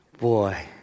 Boy